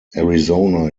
arizona